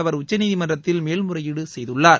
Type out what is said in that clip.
அவர் உச்சநீதிமன்றத்தில் மேல்முறையீடு செய்துள்ளார்